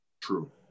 True